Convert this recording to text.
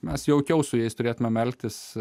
mes jaukiau su jais turėtumėm elgtis